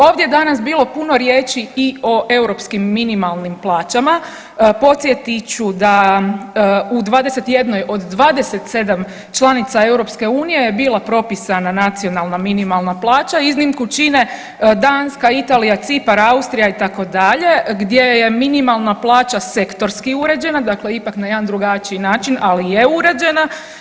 Ovdje je danas bilo puno riječi i o europskim minimalnim plaćama, podsjetit ću da u 21 od 27 članica EU je bila propisana nacionalna minimalna plaća iznimku čine Danska, Italija, Cipar, Austrija itd. gdje je minimalna plaća sektorski uređena, dakle ipak na jedan drugačiji način, ali je uređena.